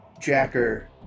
Jacker